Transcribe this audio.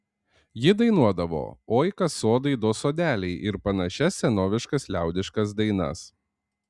ji dainuodavo oi kas sodai do sodeliai ir panašias senoviškas liaudiškas dainas